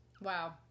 Wow